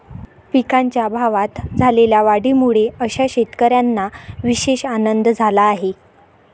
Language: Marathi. पिकांच्या भावात झालेल्या वाढीमुळे अशा शेतकऱ्यांना विशेष आनंद झाला आहे